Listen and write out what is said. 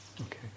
Okay